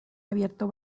abierto